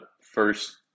first